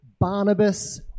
Barnabas